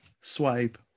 Swipe